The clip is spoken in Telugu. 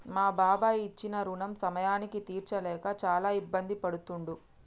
మా బాబాయి ఇచ్చిన రుణం సమయానికి తీర్చలేక చాలా ఇబ్బంది పడుతుండు